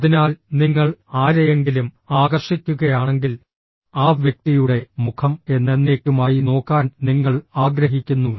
അതിനാൽ നിങ്ങൾ ആരെയെങ്കിലും ആകർഷിക്കുകയാണെങ്കിൽ ആ വ്യക്തിയുടെ മുഖം എന്നെന്നേക്കുമായി നോക്കാൻ നിങ്ങൾ ആഗ്രഹിക്കുന്നു